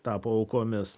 tapo aukomis